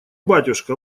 батюшка